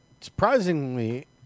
surprisingly